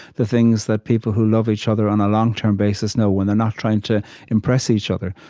the things that people who love each other on a long-term basis know when they're not trying to impress each other,